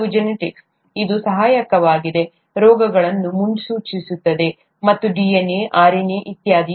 ಕೆಲವು ಜೆನೆಟಿಕ್ಸ್ ಇದು ಸಹಾಯಕವಾಗಿದೆ ರೋಗಗಳನ್ನು ಮುನ್ಸೂಚಿಸುತ್ತದೆ ಮತ್ತು DNA RNA ಇತ್ಯಾದಿ